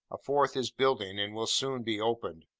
a fourth is building, and will soon be opened.